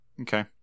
Okay